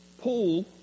Paul